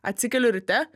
atsikeliu ryte